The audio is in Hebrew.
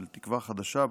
של תקווה חדשה,